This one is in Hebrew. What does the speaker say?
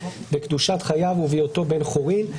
בקדושת חייו ובהיותו בן-חורין,